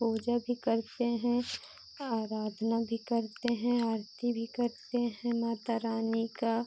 पूजा भी करते हैं आराधना भी करते हैं आरती भी करते हैं माता रानी का